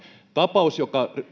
tapaus joka